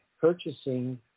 purchasing